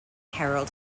harold